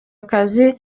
akazi